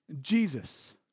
Jesus